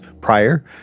prior